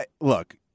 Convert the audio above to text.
Look